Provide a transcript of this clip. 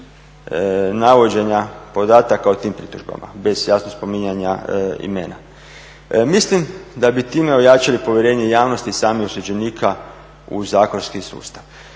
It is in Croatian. navođenja podataka o tim pritužbama bez jasno spominjanja imena. Mislim da bi time ojačali povjerenje javnosti i samih osuđenika u zatvorski sustav.